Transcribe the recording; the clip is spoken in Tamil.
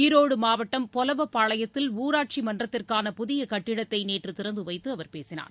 ஈரோடு மாவட்டம் பொலவப்பாளையத்தில் ஊராட்சி மன்றத்திற்கான புதிய கட்டடத்தை நேற்று திறந்துவைத்து அவர் பேசினார்